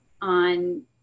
on